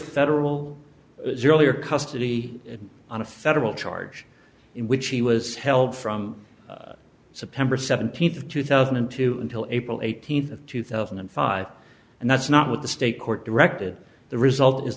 federal zero year custody on a federal charge in which he was held from september seventeenth two thousand and two until april eighteenth of two thousand and five and that's not what the state court directed the result is